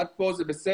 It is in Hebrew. עד פה זה בסדר?